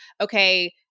okay